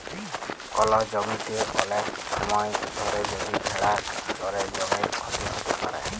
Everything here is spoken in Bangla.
কল জমিতে ওলেক সময় ধরে যদি ভেড়া চরে জমির ক্ষতি হ্যত প্যারে